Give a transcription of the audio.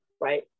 Right